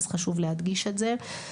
אז חשוב להדגיש את זה.